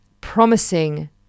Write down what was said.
promising